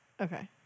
Okay